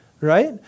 right